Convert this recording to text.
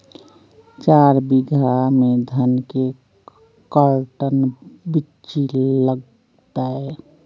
चार बीघा में धन के कर्टन बिच्ची लगतै?